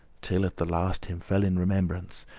till at the last him fell in remembrance,